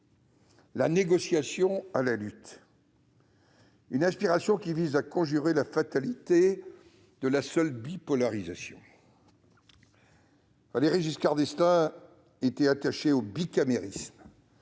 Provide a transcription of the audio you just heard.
la négociation à la lutte ; une inspiration qui vise à conjurer la fatalité de la seule bipolarisation. Valéry Giscard d'Estaing était attaché au bicamérisme